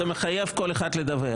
זה מחייב כל אחד לדווח.